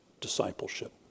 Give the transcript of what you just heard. discipleship